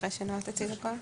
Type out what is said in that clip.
אחרי שנעה תציג הכול?